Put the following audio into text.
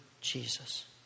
Jesus